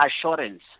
assurance